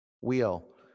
Wheel